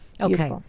Okay